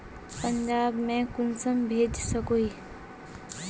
पंजाब में कुंसम भेज सकोही?